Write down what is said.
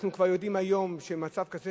אנחנו כבר יודעים היום שמצב כזה,